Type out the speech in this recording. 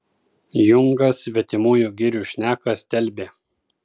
jungas svetimųjų girių šneką stelbė